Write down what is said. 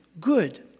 good